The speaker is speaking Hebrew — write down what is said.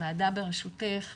ועדה בראשותך,